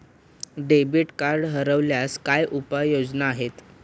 Debit card हरवल्यास काय उपाय योजना आहेत?